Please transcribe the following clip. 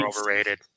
overrated